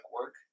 work